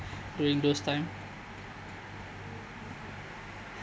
during those time